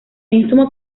mismo